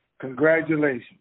congratulations